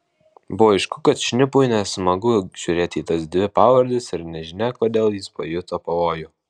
buvo aišku kad šnipui nesmagu žiūrėti į tas dvi pavardes ir nežinia kodėl jis pajuto pavojų